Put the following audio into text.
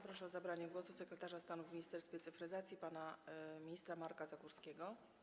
Proszę o zabranie głosu sekretarza stanu w Ministerstwie Cyfryzacji pana ministra Marka Zagórskiego.